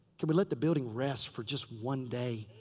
can we let the building rest for just one day?